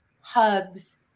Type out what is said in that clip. hugs